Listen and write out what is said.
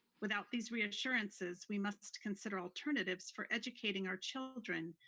without these reassurances, we must consider alternatives for educating our children,